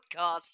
podcast